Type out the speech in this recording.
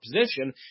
position